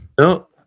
No